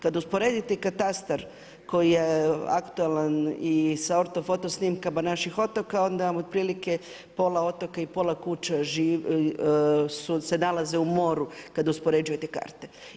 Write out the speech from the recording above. Kad usporedite katastar koji je aktualan i sa orto foto snimkama naših otoka, onda vam otprilike pola otoka i pola kuća se nalaze u moru kad uspoređujete karte.